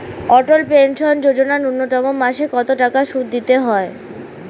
অটল pension যোজনা ন্যূনতম মাসে কত টাকা সুধ দিতে হয়?